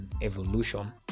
evolution